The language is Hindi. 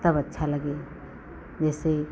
तब अच्छा लगे जैसे